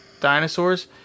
dinosaurs